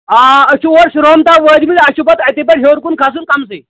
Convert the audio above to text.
آ أسۍ چھِ اور شُرہوم تام وٲتۍمٕتۍ اَسہِ چھُ پَتہٕ اَتہِ پٮ۪ٹھ ہیوٚر کُن کھَسُن کَمسٕے